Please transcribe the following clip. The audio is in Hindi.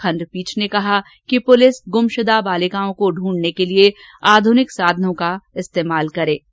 खंडपीठ ने कहा कि पुलिस गुमशुदा बालिकाओं को ढूढने के लिए आधुनिक साधनों को इस्तेमाल कर पता लगाए